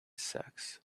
sex